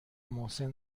محسن